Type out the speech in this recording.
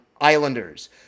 Islanders